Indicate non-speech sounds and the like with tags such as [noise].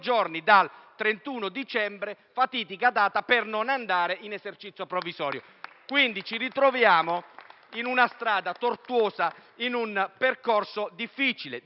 31 dicembre, fatidica data per non andare in esercizio provvisorio. [applause] Ci ritroviamo quindi in una strada tortuosa, in un percorso difficile.